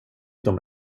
dem